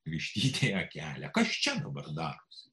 vištytei akelę kas čia dabar darosi